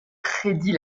prédit